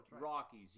Rockies